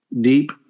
deep